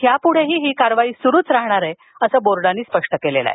यापुढेही ही कारवाई सुरूच राहणार असल्याचं बोर्डानं स्पष्ट केलं आहे